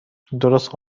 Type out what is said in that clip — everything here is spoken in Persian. درست